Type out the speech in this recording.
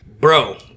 Bro